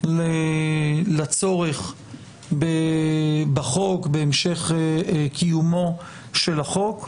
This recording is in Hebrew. לצורך בחוק, בהמשך קיומו של החוק,